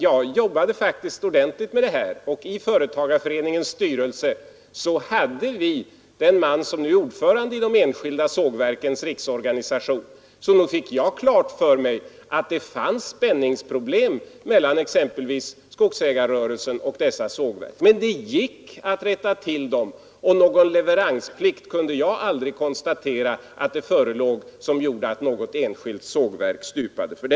Jag jobbade faktiskt ordentligt med det här. I företagarföreningens styrelse hade vi den man som nu är ordförande i de enskilda sågverkens riksorganisation, så nog fick jag klart för mig att det fanns spänningar och problem mellan skogsägarrörelsen och dessa sågverk. Men det gick att rätta till saken, och jag kunde aldrig konstatera att det förelåg någon leveransplikt som gjorde att något enskilt sågverk stupade.